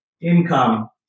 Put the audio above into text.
income